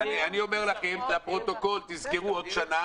אני --- אני אומר לכם לפרוטוקול: תזכרו עוד שנה